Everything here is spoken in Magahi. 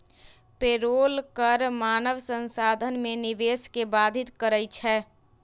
पेरोल कर मानव संसाधन में निवेश के बाधित करइ छै